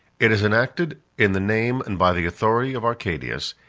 it is enacted, in the name, and by the authority of arcadius,